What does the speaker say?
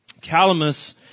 Calamus